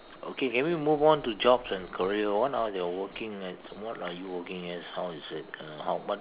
okay can we move on to jobs and career what are your working at what are you working as how is it how what